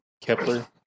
Kepler